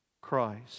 Christ